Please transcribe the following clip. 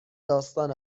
داستان